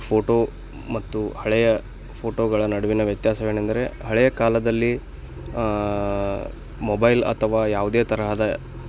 photo ಮತ್ತು ಹಳೆಯ ಫೋಟೋಗಳ ನಡುವಿನ ವ್ಯತ್ಯಾಸವೇನೆಂದರೆ ಹಳೆಯ ಕಾಲದಲ್ಲಿ ಮೊಬೈಲ್ ಅಥವಾ ಯಾವುದೇ ತರಹದ